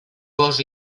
gos